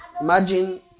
imagine